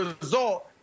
result